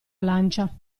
lancia